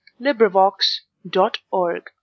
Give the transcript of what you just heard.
Librivox.org